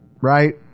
Right